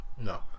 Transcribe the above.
No